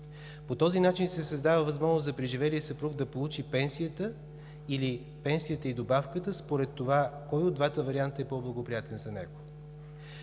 По този начин се създава възможност за преживелия съпруг да получи пенсията, или пенсията и добавката според това кой от двата варианта е по-благоприятен за него.